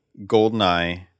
GoldenEye